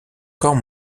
quand